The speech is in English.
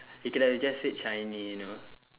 you could have just said shiny you know